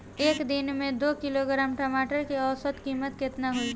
एक दिन में दो किलोग्राम टमाटर के औसत कीमत केतना होइ?